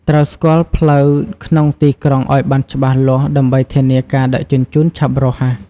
ត្រូវស្គាល់ផ្លូវក្នុងទីក្រុងឱ្យបានច្បាស់លាស់ដើម្បីធានាការដឹកជញ្ជូនឆាប់រហ័ស។